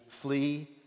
flee